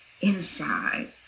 inside